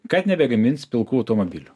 kad nebegamins pilkų automobilių